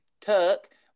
Tuck